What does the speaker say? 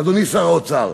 אדוני שר האוצר,